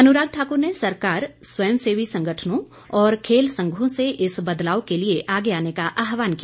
अनुराग ठाक्र ने सरकार स्वयं सेवी सगंठनों और खेल संघों से इस बदलाव के लिए आगे आने का आहवान किया